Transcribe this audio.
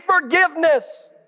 forgiveness